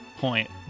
point